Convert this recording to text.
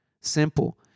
simple